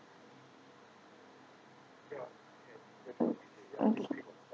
okay